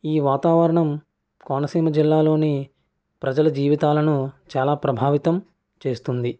ఈ వాతావరణం కోనసీమ జిల్లాలోని ప్రజల జీవితాలను చాలా ప్రభావితం చేస్తుంది